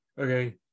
okay